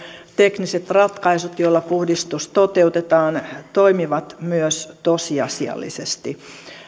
tekniset ratkaisut joilla puhdistus toteutetaan toimivat myös tosiasiallisesti